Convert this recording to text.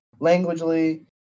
languagely